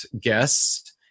guests